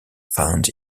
found